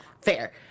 Fair